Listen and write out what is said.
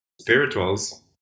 Spirituals